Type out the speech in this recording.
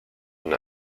and